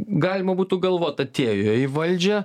galima būtų galvot atėjo į valdžią